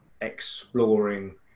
exploring